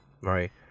right